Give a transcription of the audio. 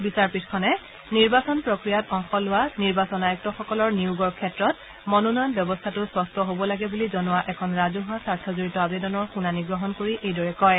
বিচাৰপীঠখনে নিৰ্বাচন প্ৰক্ৰিয়াত অংশ লোৱা নিৰ্বাচন আয়ুক্তসকলৰ নিয়োগৰ ক্ষেত্ৰত মনোনয়ন ব্যৱস্থা স্বছ্ হব লাগে বুলি জনোৱা এখন ৰাজহুৱা স্বাৰ্থজড়িত আবেদনৰ শুনানি গ্ৰহণ কৰি এইদৰে কয়